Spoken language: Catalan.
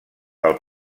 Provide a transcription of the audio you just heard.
del